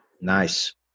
Nice